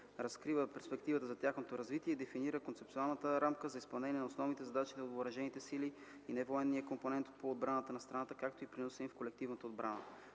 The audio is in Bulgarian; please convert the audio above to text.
Разкрива перспектива за тяхното развитие и дефинира концептуалната рамка за изпълнение на основните задачи от въоръжените сили и невоенния компонент по отбраната на страната, както и приноса им в колективната отбрана.